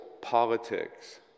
politics